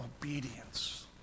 obedience